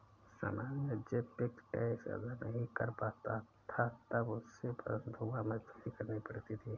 समाज में जब व्यक्ति टैक्स अदा नहीं कर पाता था तब उसे बंधुआ मजदूरी करनी पड़ती थी